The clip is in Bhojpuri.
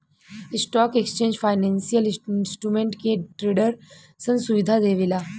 स्टॉक एक्सचेंज फाइनेंसियल इंस्ट्रूमेंट के ट्रेडरसन सुविधा देवेला